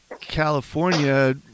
California